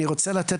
אז אני מבין שזה